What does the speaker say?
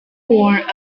more